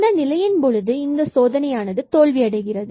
இந்த நிலையின் பொழுது சோதனை தோல்வி அடைகிறது